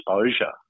exposure